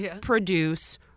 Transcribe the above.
produce